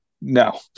no